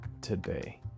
today